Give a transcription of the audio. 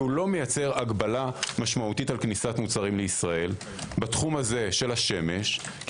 לא מייצר הגבלה משמעותית על כניסת מוצרים לישראל בתחום השמש כי